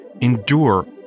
endure